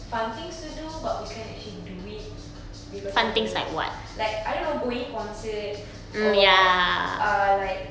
fun things to do but we can't actually do it because our like I don't know going concert or uh like